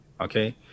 Okay